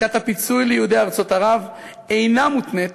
הענקת הפיצוי ליהודי ארצות ערב אינה מותנית